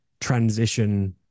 transition